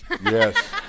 Yes